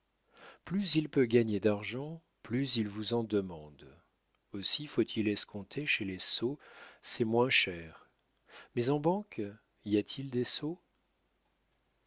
plus il peut gagner d'argent plus il vous en demande aussi faut-il escompter chez les sots c'est moins cher mais en banque y a-t-il des sots